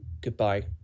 goodbye